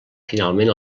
finalment